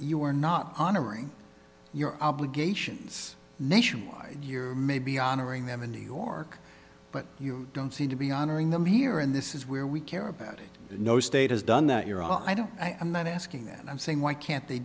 you were not honoring your obligations nationwide you may be honoring them in new york but you don't seem to be honoring them here and this is where we care about no state has done that you're all i don't i'm not asking that i'm saying why can't they